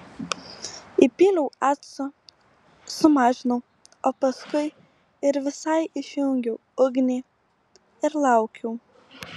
įpyliau acto sumažinau o paskui ir visai išjungiau ugnį ir laukiau